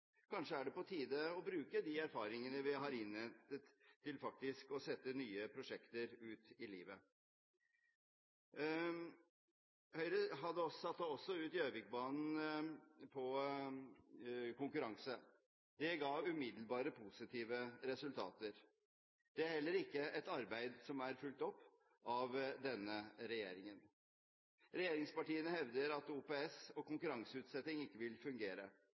Kanskje er det på tide å bruke de erfaringene vi har innhentet, til faktisk å sette nye prosjekter ut i livet? Høyre satte også ut Gjøvikbanen på konkurranse. Det ga umiddelbare, positive resultater. Det er heller ikke et arbeid som er fulgt opp av denne regjeringen. Regjeringspartiene hevder at OPS på konkurranseutsetting ikke vil fungere.